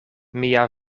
mia